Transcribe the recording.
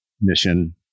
mission